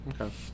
Okay